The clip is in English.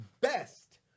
best